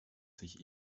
sich